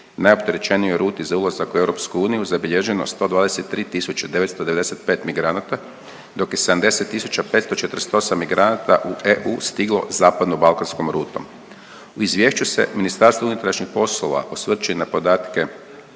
najopterećenijoj ruti za ulazak u Europsku uniju, zabilježeno 123 995 migranata, dok je 70 548 migranata u EU stiglo zapadno balkanskom rutom. U izvješću se Ministarstvo unutrašnjih poslova osvrće na podatke